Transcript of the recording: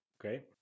Great